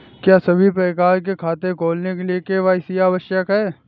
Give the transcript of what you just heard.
क्या सभी प्रकार के खाते खोलने के लिए के.वाई.सी आवश्यक है?